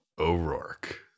O'Rourke